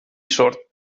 sord